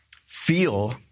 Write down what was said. feel